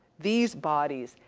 these bodies,